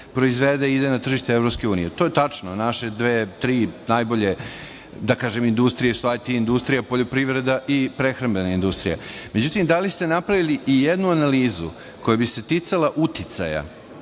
proizvede ide na tržište EU. To je tačno, naše dve, tri, najbolje, da kažem industrije, sva industrija, poljoprivreda i prehrambena industrija, međutim da li ste napravili ijednu analizu koja bi se ticala uticaja